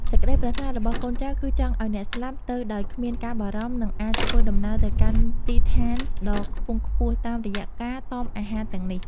សេចក្តីប្រាថ្នារបស់កូនចៅគឺចង់ឱ្យអ្នកស្លាប់ទៅដោយគ្មានការបារម្ភ និង អាចធ្វើដំណើរទៅកាន់ទីស្ថានដ៏ខ្ពង់ខ្ពស់តាមរយៈការតមអាហារទាំងនេះ។